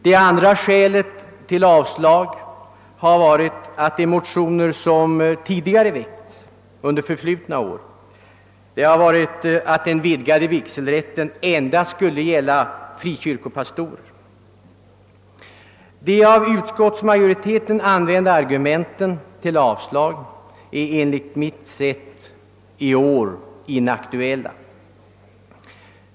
Det andra skälet till avstyrkande har varit att de motioner som väckts yrkat att den vidgade vigselrätten endast skulle gälla frikyrkopastorer. De av utskottsmajoriteten använda argumenten för avstyrkande är enligt mitt sätt att se i år inaktuella.